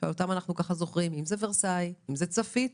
שאנחנו זוכרים, למשל ורסאי וצפית.